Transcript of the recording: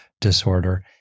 disorder